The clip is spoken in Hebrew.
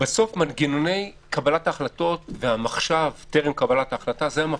מנגנוני ההחלטות והמחשב טרם קבלת ההחלטה הם המפתח,